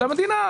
למדינה.